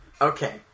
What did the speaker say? Okay